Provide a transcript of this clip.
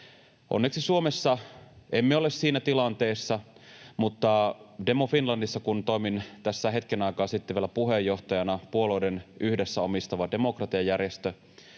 Onneksi Suomessa emme ole siinä tilanteessa, mutta Demo Finlandissa, kun toimin tässä hetken aikaa sitten vielä puheenjohtajana — puolueiden yhdessä omistama demokratiajärjestö